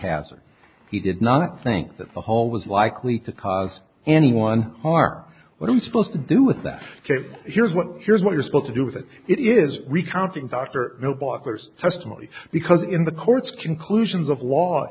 hazard he did not think that the hole was likely to cause anyone harm what are you supposed to do with that here's what here's what you're supposed to do with it it is recounting dr blockers testimony because in the court's conclusions of law